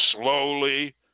slowly